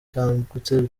cyagutse